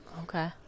Okay